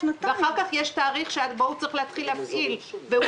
ואחר כך יש תאריך שבו הוא צריך להפעיל והוא